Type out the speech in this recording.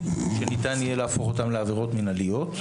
שניתן יהיה להפוך אותן לעבירות מינהליות,